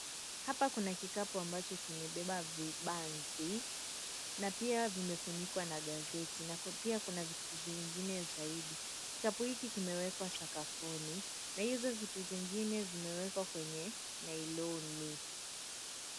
Hapa kuna kikapu ambacho kimebeba vibanzi na pia vimefunikwa na gazeti na pia kuna vitu zingine zaidi kikapu hiki kimeekwa sakafuni na hizo vitu vingine vimeekwa kwenye nailoni.